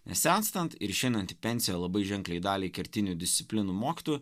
nes senstant ir išeinant į pensiją labai ženkliai daliai kertinių disciplinų mokytojų